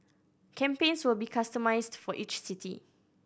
campaigns will be customised for each city